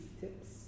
tips